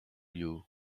you